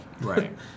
Right